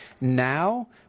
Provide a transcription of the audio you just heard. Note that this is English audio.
now